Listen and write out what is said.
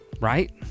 right